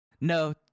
No